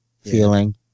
feeling